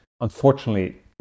Unfortunately